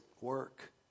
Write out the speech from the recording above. work